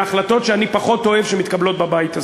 להחלטות שאני פחות אוהב ומתקבלות בבית הזה.